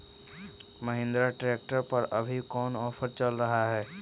Mahindra tractor पर अभी कोन ऑफर चल रहा है?